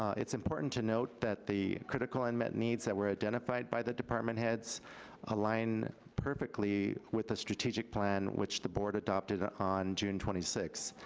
it's important to note that the critical unmet needs that were identified by the department heads align perfectly with a strategic plan which the board adopted on june twenty six.